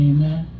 Amen